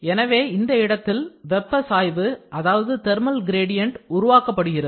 எனவே இந்த இடத்தில் வெப்ப சாய்வு அதாவது தெர்மல் கிரேடியன்ட் உருவாக்கப்படுகிறது